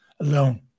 alone